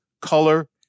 color